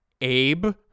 abe